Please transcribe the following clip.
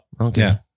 Okay